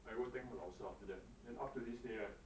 I will thank the 老师 after that then up till this day right